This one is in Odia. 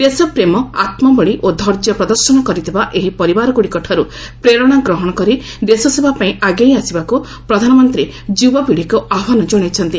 ଦେଶପ୍ରେମ ଆତ୍ମବଳି ଓ ଧୈର୍ଯ୍ୟ ପ୍ରଦର୍ଶନ କରିଥିବା ଏହି ପରିବାରଗୁଡ଼ିକଠାରୁ ପ୍ରେରଣା ଗ୍ରହଣ କରି ଦେଶସେବା ପାଇଁ ଆଗେଇ ଆସିବାକୁ ପ୍ରଧାନମନ୍ତ୍ରୀ ଯୁବପିଢ଼ିକୁ ଆହ୍ୱାନ ଜଣାଇଛନ୍ତି